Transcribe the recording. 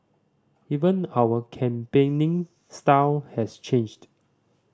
even our campaigning style has changed